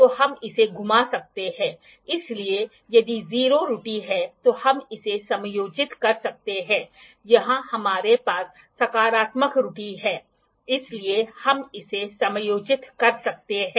तो angular measurement में यहाँ हम दो विशेषताओं के बीच या दो रेखाओं के बीच के एंगल की ओर अधिक ध्यान केंद्रित करते हैं